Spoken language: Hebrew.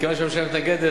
מכיוון שהממשלה מתנגדת,